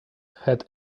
had